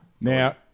Now